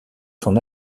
son